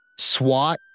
SWAT